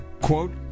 quote